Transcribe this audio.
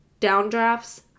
downdrafts